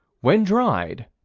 when dried,